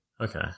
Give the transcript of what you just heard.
Okay